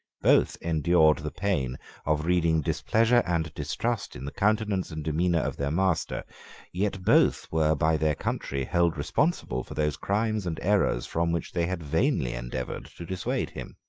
both endured the pain of reading displeasure and distrust in the countenance and demeanour of their master yet both were by their country held responsible for those crimes and errors from which they had vainly endeavoured to dissuade him.